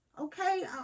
Okay